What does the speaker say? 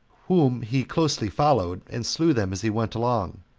whom he closely followed, and slew them as he went along,